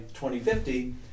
2050